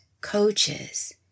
coaches